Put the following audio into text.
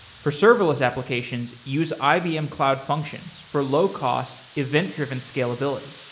for serverless applications, use ibm cloud functions for low-cost, event-driven scalability.